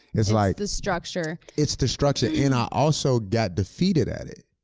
it's like the structure. it's the structure, and i also got defeated at it.